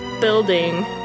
Building